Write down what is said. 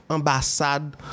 Ambassade